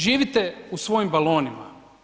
Živite u svojim balonima.